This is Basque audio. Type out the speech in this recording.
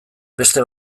beste